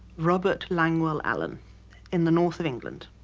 robert longwell allen in the north of england.